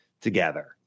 together